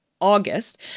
August